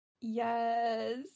Yes